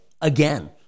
Again